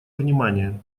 внимание